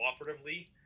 cooperatively